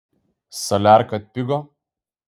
saliarka atpigo